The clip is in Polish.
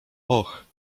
och